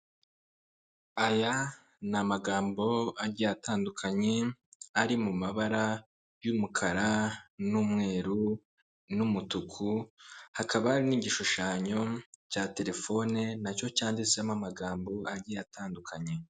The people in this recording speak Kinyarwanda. Aya ni amagambo agiye atandukanye ari mu mabara y'umukara, n'umweru, n'umutuku, hakaba hari n'igishushanyo cya telefone nacyo cyanditsemo amagambo agiye atandukanye.